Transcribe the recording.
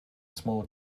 small